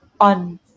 on